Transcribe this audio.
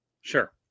Sure